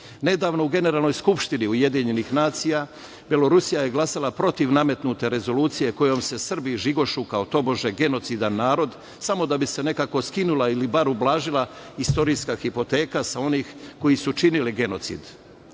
u Generalnoj skupštini UN Belorusija je glasala protiv nametnute rezolucije kojom se Srbi žigošu kao tobože genocidan narod samo kako bi se nekako skinula ili barem ublažila istorijska hipoteka sa onih koji su činili genocid.U